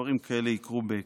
שדברים כאלה יקרו בהקדם.